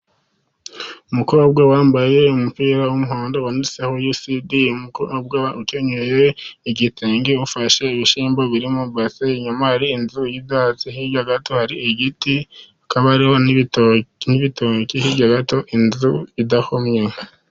Umukobwa wambaye umupira wumuhondo wanditseho yusidi, ukenyeye igitenge ufashe ibishyimbo biri mwi base nyuma hari inzu y'ibyatsi hirya gato hari igiti hakaba hariho n'ibitoki hirya gato inzu idahomye.